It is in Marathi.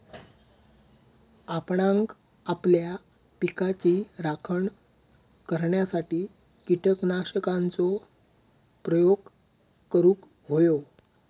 आपणांक आपल्या पिकाची राखण करण्यासाठी कीटकनाशकांचो प्रयोग करूंक व्हयो